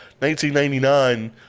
1999